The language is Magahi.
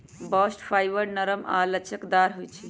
बास्ट फाइबर नरम आऽ लचकदार होइ छइ